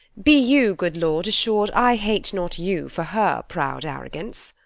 be you, good lord, assur'd i hate not you for her proud arrogance.